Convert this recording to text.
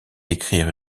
écrire